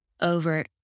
over